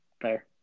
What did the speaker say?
Fair